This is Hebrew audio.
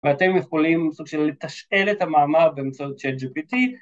‫ואתם יכולים סוג של לתשאל את המאמר ‫באמצעות של GPT.